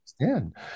understand